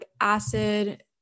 acid